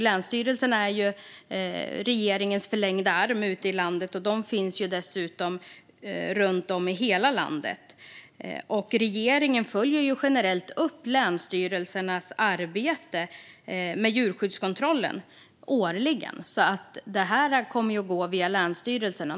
Länsstyrelserna är regeringens förlängda arm ute i landet, och de finns dessutom runt om i hela landet. Regeringen följer generellt upp länsstyrelsernas arbete med djurskyddskontrollen årligen, så detta kommer att gå via länsstyrelserna.